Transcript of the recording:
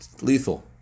Lethal